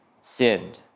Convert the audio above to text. sinned